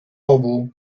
obu